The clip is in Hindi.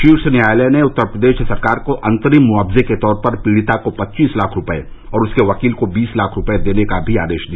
शीर्ष न्यायालय ने उत्तर प्रदेश सरकार को अंतरिम मुआवजे के तौर पर पीड़िता को पच्चीस लाख रूपये और उसके वकील को बीस लाख रूपये देने का आदेश भी दिया